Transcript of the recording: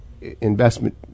investment